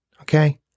okay